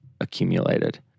accumulated